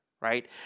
Right